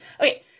okay